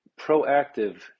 proactive